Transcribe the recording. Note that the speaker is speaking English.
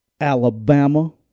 Alabama